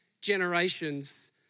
generations